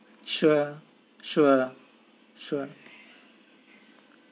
sure sure sure